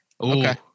Okay